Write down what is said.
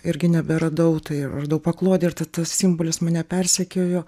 irgi neberadau tai ir radau paklodę ir ta tas simbolis mane persekiojo